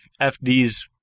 FD's